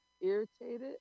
irritated